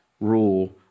rule